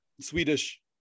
Swedish